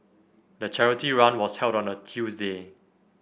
the charity run was held on a Tuesday